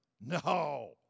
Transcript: No